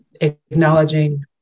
acknowledging